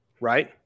right